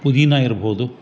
ಪುದಿನ ಇರ್ಭೋದು